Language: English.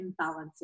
imbalances